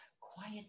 quiet